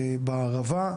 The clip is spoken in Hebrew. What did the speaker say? בערבה,